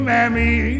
Mammy